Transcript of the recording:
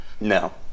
No